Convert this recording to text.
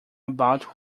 about